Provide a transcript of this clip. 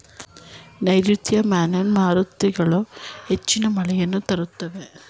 ನೈರುತ್ಯ ಮಾನ್ಸೂನ್ ಮಾರುತಗಳು ಹೆಚ್ಚು ಮಳೆಯನ್ನು ತರುತ್ತವೆ